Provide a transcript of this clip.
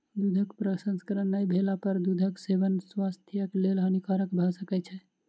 दूधक प्रसंस्करण नै भेला पर दूधक सेवन स्वास्थ्यक लेल हानिकारक भ सकै छै